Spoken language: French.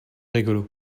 rigolo